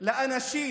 לאנשים